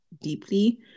deeply